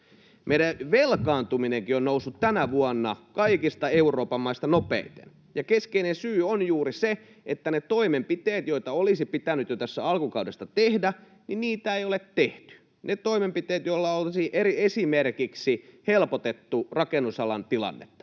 Meidän velkaantuminenkin on noussut tänä vuonna kaikista Euroopan maista nopeiten, ja keskeinen syy on juuri se, että niitä toimenpiteitä, joita olisi pitänyt jo tässä alkukaudesta tehdä, ei ole tehty. Ne toimenpiteet, joilla oltaisiin esimerkiksi helpotettu rakennusalan tilannetta,